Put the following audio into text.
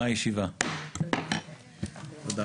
הישיבה ננעלה בשעה 17:07.